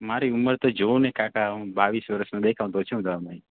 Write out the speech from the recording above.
મારી ઉંમર તો જુઓ ને કાકા હું બાવીસ વર્ષનો દેખાતો છું તમે